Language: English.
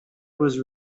was